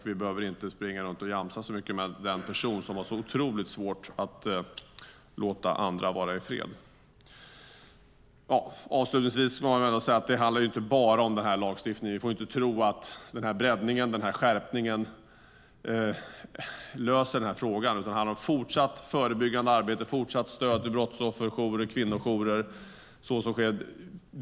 Vi behöver inte jamsa så mycket med personer som har så otroligt svårt att låta andra vara i fred. Avslutningsvis vill jag säga att det inte bara handlar om den här lagstiftningen. Vi får inte tro att den här breddningen, den här skärpningen, löser frågan. Det handlar om fortsatt förebyggande arbete och fortsatt stöd till brottsofferjourer och kvinnojourer.